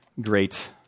great